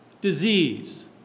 disease